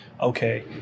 okay